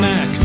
Mac